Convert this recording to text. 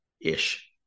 ish